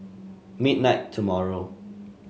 midnight tomorrow